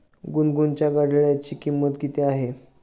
गुनगुनच्या घड्याळाची किंमत किती आहे?